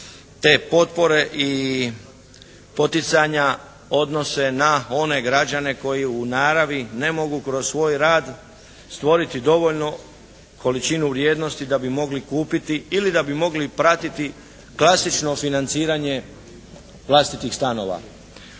te potpore i poticanja odnose na one građane koji u naravi ne mogu kroz svoj rad stvoriti dovoljnu količinu vrijednosti da bi mogli kupiti ili da bi mogli pratiti klasično financiranje vlastitih stanova.